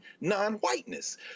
non-whiteness